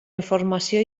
informació